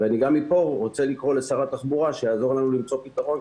מפה אני רוצה לקרוא לשר התחבורה שיעזור לנו למצוא פתרון,